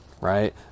right